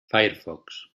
firefox